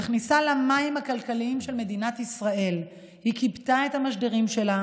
ובכניסה למים הכלכליים של מדינת ישראל היא כיבתה את המשדרים שלה